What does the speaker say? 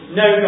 no